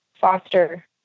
foster